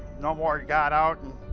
no more got out.